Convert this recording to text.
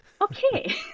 Okay